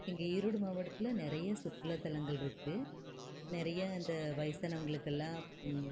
எங்கள் ஈரோடு மாவட்டத்தில் நிறைய சுற்றுலாத்தலங்கள் இருக்கு நிறையா அந்த வயசானவங்களுக்கெல்லாம்